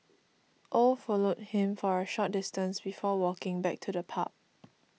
oh followed him for a short distance before walking back to the pub